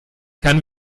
kann